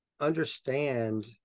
understand